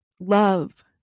love